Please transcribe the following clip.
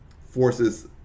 forces